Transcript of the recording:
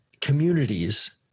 communities